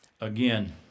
Again